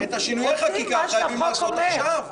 זה ליותר אז עוד פעם תתחיל הקדנציה הבאה,